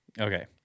Okay